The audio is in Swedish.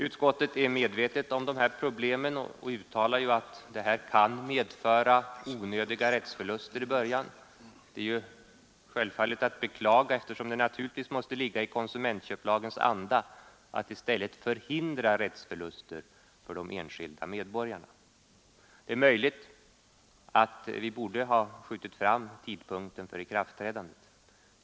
Utskottet är medvetet om dessa problem och uttalar att det kan medföra onödiga rättsförluster i början, vilket ju är beklagligt eftersom det naturligtvis måste ligga i konsumentköplagens anda att i stället förhindra rättsförluster för de enskilda medborgarna. Det är möjligt att vi borde ha skjutit fram tidpunkten för ikraftträdandet.